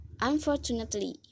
unfortunately